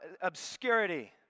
obscurity